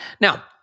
Now